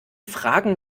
fragen